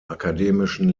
akademischen